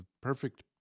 perfect